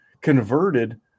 converted